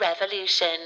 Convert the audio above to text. Revolution